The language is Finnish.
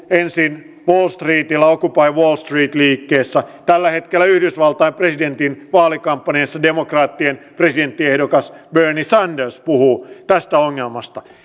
ensin wall streetillä occupy wall street liikkeessä tällä hetkellä yhdysvaltain presidentin vaalikampanjassa demokraattien presidenttiehdokas bernie sanders puhuu tästä ongelmasta